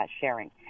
sharing